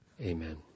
Amen